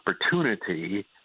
opportunity